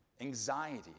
anxiety